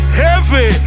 heavy